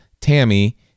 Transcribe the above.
Tammy